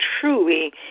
truly